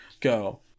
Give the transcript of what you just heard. go